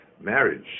marriage